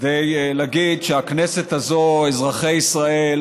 כדי ולהגיד שהכנסת הזאת ואזרחי ישראל